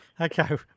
Okay